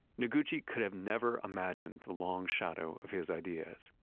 noguchi could have never imagined the long shadow of his ideas.